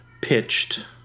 pitched